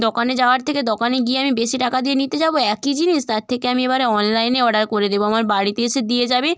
দোকানে যাওয়ার থেকে দোকানে গিয়ে আমি বেশি টাকা দিয়ে নিতে যাবো একই জিনিস তার থেকে আমি এবারে অনলাইনে অর্ডার করে দেবো আমার বাড়িতে এসে দিয়ে যাবে